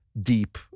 deep